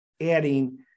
adding